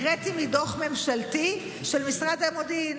הקראתי מדוח ממשלתי של משרד המודיעין.